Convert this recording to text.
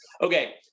Okay